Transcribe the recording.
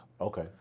Okay